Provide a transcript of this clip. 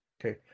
Okay